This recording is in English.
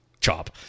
Chop